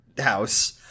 house